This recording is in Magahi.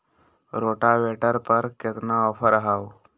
रोटावेटर पर केतना ऑफर हव?